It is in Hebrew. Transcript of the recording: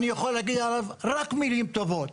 אני יכול להגיד עליו רק מילים טובות.